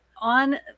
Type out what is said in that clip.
On